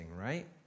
right